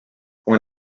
con